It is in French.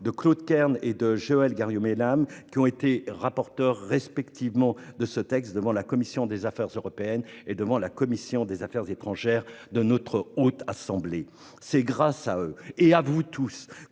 de Claude Kern et Joëlle Garriaud-Maylam, qui en ont été rapporteurs, respectivement devant la commission des affaires européennes et devant la commission des affaires étrangères de notre Haute Assemblée. C'est grâce à eux et à vous tous,